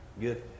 Good